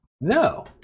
No